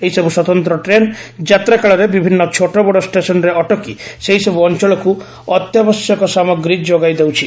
ଏହି ସବୁ ସ୍ୱତନ୍ତ୍ର ଟ୍ରେନ ଯାତ୍ରା କାଳରେ ବିଭିନ୍ନ ଛୋଟବଡ ଷ୍ଟେସନରେ ଅଟକି ସେହିସବ୍ଧ ଅଞ୍ଚଳକୃ ଅତ୍ୟାବଶ୍ୟକ ସାମଗ୍ରୀ ଯୋଗାଇ ଦେଉଛି